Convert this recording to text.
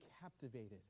captivated